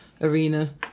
arena